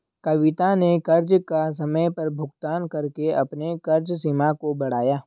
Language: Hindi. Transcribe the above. कविता ने कर्ज का समय पर भुगतान करके अपने कर्ज सीमा को बढ़ाया